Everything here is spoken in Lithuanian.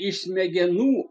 iš smegenų